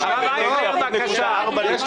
חבר הכנסת אייכלר, הגעת מאוחר אבל ביקשת